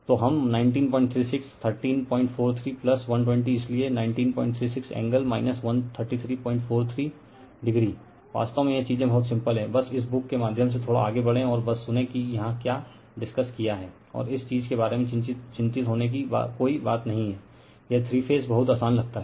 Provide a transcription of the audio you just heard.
तो हम 1936 1343 120 इसलिए 1936 एंगल 13343o वास्तव में यह चीजें बहुत सिंपल हैं बस इस बुक के माध्यम से थोडा आगे बढ़ें और बस सुने कि यहां क्या डिसकस किया है और इस चीज के बारे में चिंतित होने कि कोई बात नही है यह 3 फेज बहुत आसान लगता है